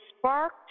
sparked